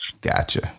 gotcha